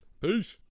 Peace